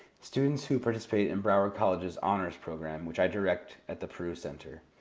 students who participate in broward college's honors program, which i direct at the peru center,